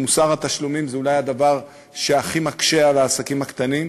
כי מוסר התשלומים זה אולי הדבר שהכי מקשה על העסקים הקטנים,